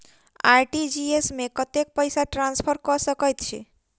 RTGS मे कतेक पैसा ट्रान्सफर कऽ सकैत छी?